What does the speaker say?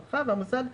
הרווחה והבריאות.